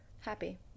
happy